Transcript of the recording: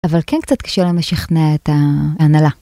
אבל כן קצת קשה להם לשכנע את ההנהלה.